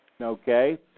Okay